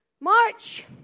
March